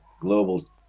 global